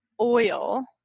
oil